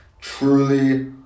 truly